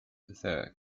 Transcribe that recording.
their